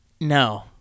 No